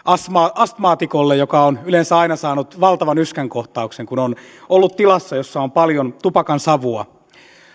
astmaatikolle joka on yleensä aina saanut valtavan yskänkohtauksen kun on ollut tilassa jossa on paljon tupakansavua